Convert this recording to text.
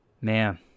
Man